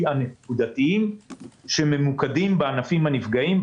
הנקודתיים שממוקדים בענפים הנפגעים,